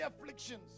afflictions